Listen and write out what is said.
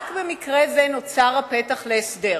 רק במקרה זה נוצר הפתח להסדר.